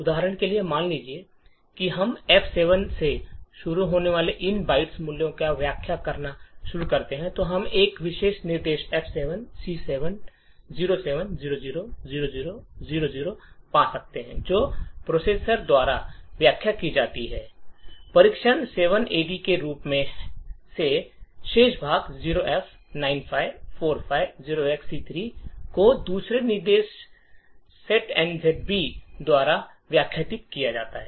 उदाहरण के लिए मान लें कि हम F7 से शुरू होने वाले इन बाइट मूल्यों की व्याख्या करना शुरू करते हैं तो हम एक उपयोगी निर्देश F7 C7 07 00 00 00 पा सकते हैं जो प्रोसेसर द्वारा व्याख्या की जाती है परीक्षण 7 एडी के रूप में शेष भाग 0f 95 45 0xC3 को दूसरे निर्देश सेट्नज़ब द्वारा व्याख्यायित किया जाता है